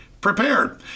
prepared